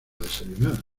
desayunar